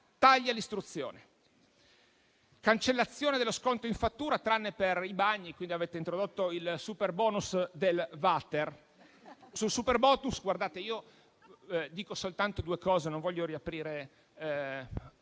tagli all'istruzione; cancellazione dello sconto in fattura tranne per i bagni e, quindi, avete introdotto il superbonus del water. Sul superbonus, dico soltanto due cose, perché non voglio riaprire